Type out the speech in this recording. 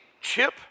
chip